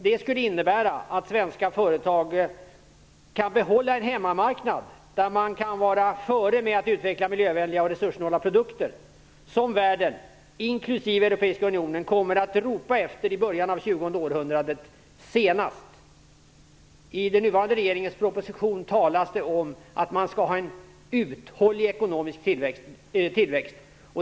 Det skulle innebära att svenska företag kan behålla en hemmamarknad där man kan ligga före med att utveckla miljövänliga och resurssnåla produkter som världen, inklusive Europeiska unionen, kommer att ropa efter senast i början av det tjugonde århundradet. I den nuvarande regeringens proposition talas det om att man skall ha en uthållig ekonomisk tillväxt.